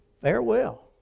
Farewell